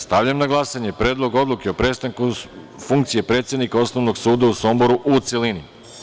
Stavljam na glasanje Predlog odluke o prestanku funkcije predsednika Osnovnog suda u Somboru, u celini.